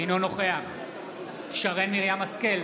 אינו נוכח שרן מרים השכל,